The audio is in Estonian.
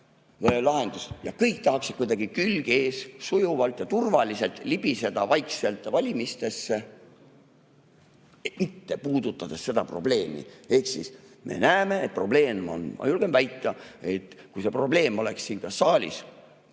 head lahendust. Ja kõik tahaksid kuidagi külg ees, sujuvalt ja turvaliselt libiseda vaikselt valimistesse, mitte puudutades seda probleemi. Aga me näeme, et probleem on. Ma julgen väita, et kui see probleem oleks siin saalis